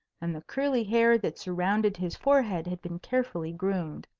and the curly hair that surrounded his forehead had been carefully groomed.